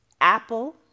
Apple